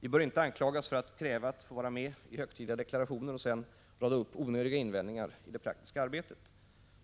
Vi bör inte anklagas för att kräva att få vara med i högtidliga deklarationer för att sedan rada upp onödiga invändningar i det praktiska arbetet.